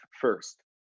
first